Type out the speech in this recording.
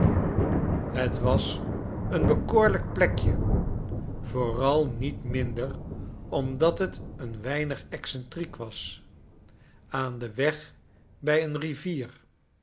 het was een bekoorlijk plekje vooral niet minder omdat het een weinig excentriek was aan den weg bij een rivier